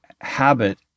habit